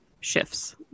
shifts